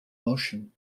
motion